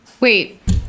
Wait